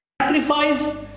sacrifice